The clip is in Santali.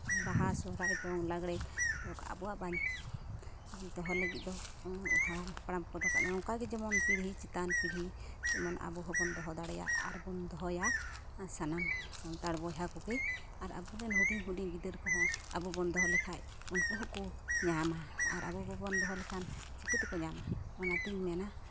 ᱵᱟᱦᱟ ᱥᱚᱦᱨᱟᱭ ᱫᱚᱝ ᱞᱟᱸᱜᱽᱲᱮ ᱫᱚ ᱟᱵᱚᱣᱟᱜ ᱵᱟᱧᱪᱟᱣ ᱫᱚᱦᱚ ᱞᱟᱹᱜᱤᱫ ᱫᱚ ᱦᱟᱲᱟᱢ ᱦᱟᱯᱲᱟᱢ ᱠᱚ ᱱᱚᱝᱠᱟ ᱜᱮ ᱡᱮᱢᱚᱱ ᱯᱤᱲᱦᱤ ᱪᱮᱛᱟᱱ ᱯᱤᱲᱦᱚ ᱡᱮᱢᱚᱱ ᱟᱵᱚ ᱦᱚᱸᱵᱚᱱ ᱫᱚᱦᱚ ᱫᱟᱲᱮᱭᱟᱜ ᱟᱨᱵᱚᱱ ᱫᱚᱦᱚᱭᱟ ᱟᱨ ᱥᱟᱱᱟᱢ ᱥᱟᱱᱛᱟᱲ ᱵᱚᱭᱦᱟ ᱠᱚᱜᱮ ᱟᱨ ᱟᱵᱚᱨᱮᱱ ᱦᱩᱰᱤᱧ ᱦᱩᱰᱤᱧ ᱜᱤᱫᱟᱹᱨ ᱠᱚᱦᱚᱸ ᱟᱵᱚ ᱵᱚᱱ ᱫᱚᱦᱚ ᱞᱮᱠᱷᱟᱱ ᱩᱱᱠᱩ ᱦᱚᱸᱠᱚ ᱧᱟᱢᱼᱟ ᱟᱨ ᱟᱵᱚ ᱵᱟᱵᱚᱱ ᱫᱚᱦᱚ ᱞᱮᱠᱷᱟᱱ ᱪᱤᱠᱟᱹ ᱛᱮᱠᱚ ᱧᱟᱢᱟ ᱚᱱᱟᱛᱤᱧ ᱢᱮᱱᱟ